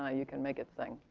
ah you can make it sing.